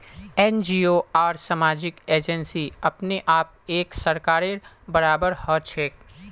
NGO आर सामाजिक agency अपने आप एक सरकारेर बराबर हछेक